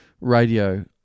Radio